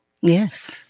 Yes